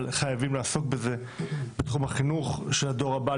אבל חייבים לעסוק בזה בתחום החינוך של הדור הבא,